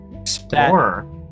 Explorer